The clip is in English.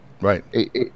Right